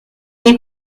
est